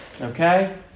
Okay